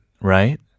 right